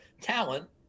talent